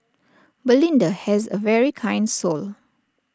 belinda has A very kind soul